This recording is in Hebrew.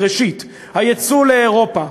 ראשית, הייצוא לאירופה,